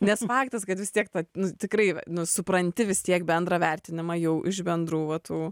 nes faktas kad vis tiek tad nu tikrai nu supranti vis tiek bendrą vertinimą jau iš bendrų va tų